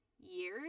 years